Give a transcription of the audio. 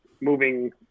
moving